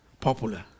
popular